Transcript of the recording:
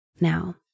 Now